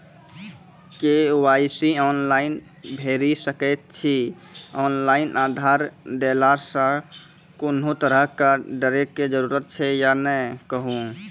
KYC online भैरि सकैत छी, ऑनलाइन आधार देलासॅ कुनू तरहक डरैक जरूरत छै या नै कहू?